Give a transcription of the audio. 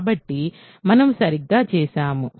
కాబట్టి మనము సరిగ్గా చేసాము